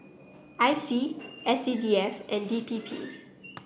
I C S C D F and D P P